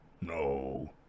No